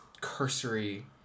cursory